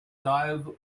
dive